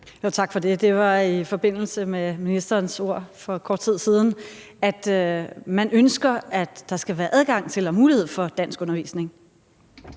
Tak for det. Det er i forbindelse med ministerens ord for lidt siden om, at man ønsker, at der skal være adgang til og mulighed for danskundervisning.